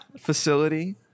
facility